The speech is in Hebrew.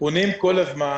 פונים כל הזמן.